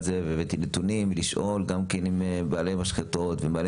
זה והבאתי נתונים לשאול גם כן עם בעלי משחטות ובעלי